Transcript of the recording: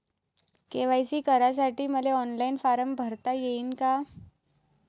KYC करासाठी मले online form भरता येईन का?